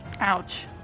Ouch